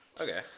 Okay